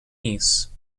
nice